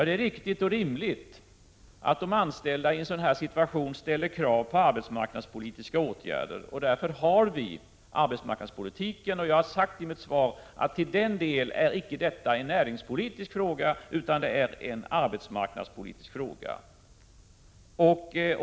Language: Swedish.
Det är riktigt och rimligt att de anställda i en sådan här situation ställer krav på arbetsmarknadspolitiska åtgärder, och det är därför vi för en arbetsmarknadspolitik. Jag har i mitt svar sagt att det i denna del inte gäller en näringspolitisk fråga utan en arbetsmarknadspolitisk fråga.